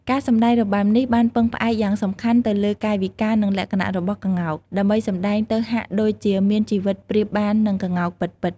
ការសម្តែងរបាំនេះបានពឹងផ្អែកយ៉ាងសំខាន់ទៅលើកាយវិការនិងលក្ខណៈរបស់កោ្ងក ដើម្បីសម្តែងទៅហាក់ដូចជាមានជីវិតប្រៀបបាននឹងកោ្ងកពិតៗ ។